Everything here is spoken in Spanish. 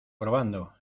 probando